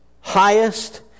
highest